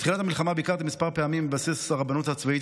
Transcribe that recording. בתחילת המלחמה ביקרתי מספר פעמים בבסיס הרבנות הצבאית